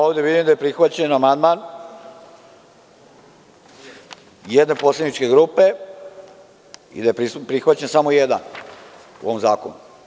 Ovde vidim da je prihvaćen amandman jedne poslaničke grupe i da je prihvaćen samo jedan u ovom zakonu.